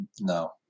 No